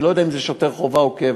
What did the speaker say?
אני לא יודע אם זה שוטר חובה או קבע.